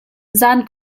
zaan